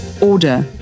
order